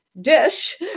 dish